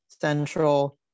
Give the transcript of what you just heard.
central